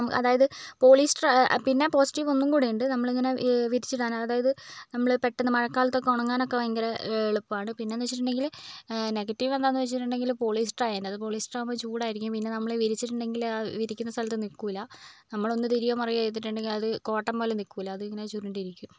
അതായത് പോളിസ്റ്റർ പിന്നെ പോസിറ്റീവ് ഒന്നും കൂടി ഉണ്ട് നമ്മൾ ഇങ്ങനെ വിരിച്ചു ഇടാൻ അതായത് നമ്മൾ പെട്ടെന്ന് മഴക്കാലത്തൊക്കെ ഉണങ്ങാനൊക്കെ ഭയങ്കര എളുപ്പമാണ് പിന്നെ എന്ന് വെച്ചിട്ടുണ്ടെങ്കിൽ നെഗറ്റീവ് എന്താണെന്ന് വെച്ചിട്ടുണ്ടെങ്കിൽ പോളിസ്റ്റർ ആയത് അത് പോളിസ്റ്റർ ആകുമ്പോൾ ചൂടായിരിക്കും പിന്നെ നമ്മൾ വിരിച്ചിട്ടുണ്ടെങ്കിൽ ആ വിരിക്കുന്ന സ്ഥലത്ത് നിൽക്കില്ല നമ്മൾ ഒന്ന് തിരിയുവോ മറിയുവോ ചെയ്തിട്ടുണ്ടെങ്കിൽ അത് കോട്ടൺ പോലെ നിൽക്കില്ല അതിങ്ങനെ ചുരുണ്ടിരിക്കും